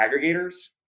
aggregators